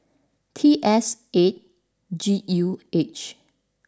T S eight G U H